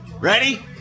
ready